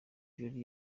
jolly